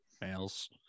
males